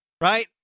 right